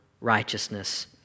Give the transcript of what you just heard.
Righteousness